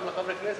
גם לחברי כנסת,